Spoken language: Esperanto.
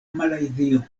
malajzio